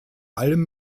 allem